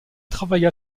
travailla